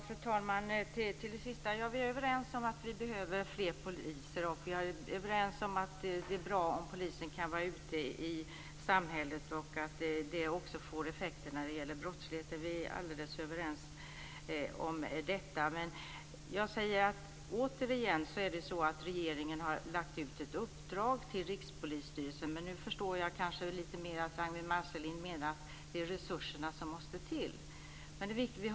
Fru talman! Vi är överens om att det behövs fler poliser och att det är bra om polisen kan vara ute i samhället. Det får effekter på brottsligheten. Regeringen har gett ett uppdrag till Rikspolisstyrelsen. Jag förstår nu att Ragnwi Marcelind menar att det måste till resurser. Vi har en kaka att dela på.